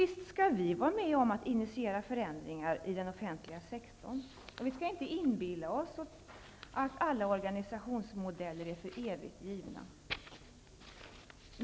Visst skall vi vara med och initiera förändringar i den offentliga sektorn. Vi skall inte inbilla oss att alla organisationsmodeller är för evigt givna.